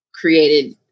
created